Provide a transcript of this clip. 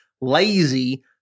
lazy